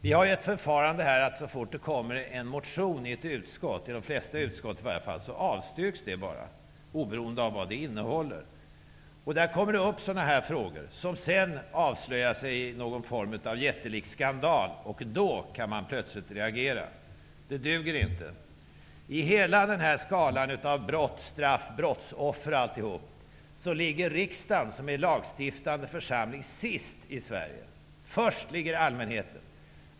Vi har ett förfarande som innebär, att så fort det kommer en motion till ett utskott -- de flesta utskott -- avstyrks den bara, oberoende av vad den innehåller. Där kommer sådana här frågor upp, som sedan avslöjas i en jättelik skandal, och då kan man plötsligt reagera. Det duger inte. I hela den här skalan av brott-straff-brottsoffer ligger riksdagen, som är den lagstiftande församlingen, sist i Sverige. Först ligger allmänheten.